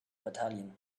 battalion